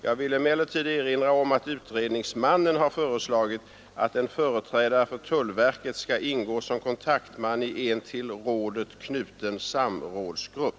Jag vill emellertid erinra om att utredningsmannen har föreslagit att en företrädare för tullverket skall ingå som kontaktman i en till rådet knuten samrådsgrupp.